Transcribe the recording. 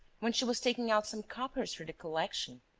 when she was taking out some coppers for the collection.